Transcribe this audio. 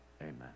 Amen